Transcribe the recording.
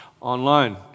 Online